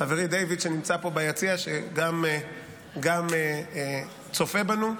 חברי דייוויד שנמצא פה ביציע, שגם צופה בנו.